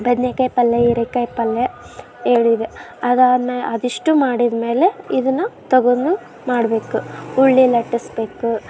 ಬದ್ನೆಕಾಯಿ ಪಲ್ಯ ಹೀರೇಕಾಯ್ ಪಲ್ಯ ಹೇಳಿದೆ ಅದಾದ ಅದಿಷ್ಟು ಮಾಡಿದ ಮೇಲೆ ಇದನ್ನು ತಗೊಂಡು ಮಾಡಬೇಕು ಉಳ್ಳಿ ಲಟ್ಟಿಸ್ಬೇಕು